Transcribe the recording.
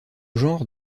genre